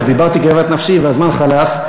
אז דיברתי כאוות נפשי והזמן חלף.